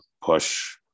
push –